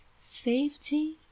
Safety